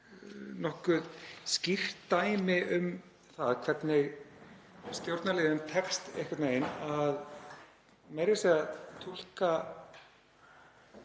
nokkuð skýrt dæmi um það hvernig stjórnarliðum tekst einhvern veginn að meira að segja túlka